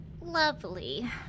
Lovely